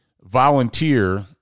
volunteer